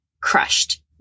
crushed